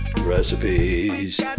recipes